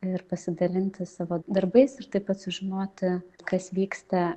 ir pasidalinti savo darbais ir taip pat sužinoti kas vyksta